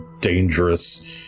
dangerous